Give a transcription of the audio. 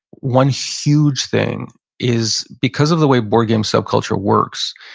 one huge thing is because of the way board game sub-culture works,